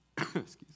Excuse